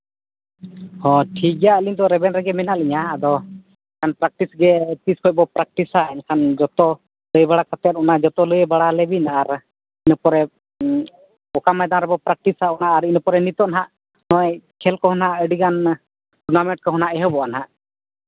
ᱦᱚᱸ ᱴᱷᱤᱠ ᱜᱮᱭᱟ ᱟᱹᱞᱤᱧ ᱫᱚ ᱨᱮᱵᱮᱱ ᱨᱮᱜᱮ ᱢᱮᱱᱟᱜ ᱞᱤᱧᱟ ᱟᱫᱚ ᱮᱱᱠᱷᱟᱱ ᱯᱨᱮᱠᱴᱤᱥ ᱜᱮ ᱛᱤᱥ ᱠᱷᱚᱱ ᱵᱚᱱ ᱯᱨᱮᱠᱴᱤᱥᱟ ᱮᱱᱠᱷᱟᱱ ᱡᱚᱛᱚ ᱞᱟᱹᱭ ᱵᱟᱲᱟ ᱠᱟᱛᱮᱫ ᱚᱱᱟ ᱡᱚᱛᱚ ᱞᱟᱹᱭ ᱵᱟᱲᱟ ᱟᱞᱮᱵᱤᱱ ᱟᱨ ᱤᱱᱟᱹ ᱯᱚᱨᱮ ᱚᱠᱟ ᱢᱚᱭᱫᱟᱱ ᱨᱮᱵᱚᱱ ᱯᱨᱮᱠᱴᱤᱥᱟ ᱤᱱᱟᱹ ᱯᱚᱨᱮ ᱱᱤᱛᱚᱜ ᱦᱟᱸᱜ ᱥᱚᱢᱚᱭ ᱠᱷᱮᱞ ᱠᱚᱦᱚᱸ ᱦᱟᱸᱜ ᱟᱹᱰᱤᱜᱟᱱ ᱴᱩᱨᱱᱟᱢᱮᱱᱴ ᱠᱚᱦᱚᱸ ᱦᱟᱸᱜ ᱮᱦᱚᱵᱚᱜᱼᱟ ᱦᱟᱸᱜ